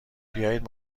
بیایید